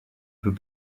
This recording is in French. peut